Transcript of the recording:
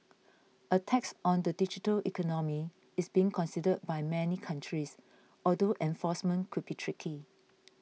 a tax on the digital economy is being considered by many countries although enforcement could be tricky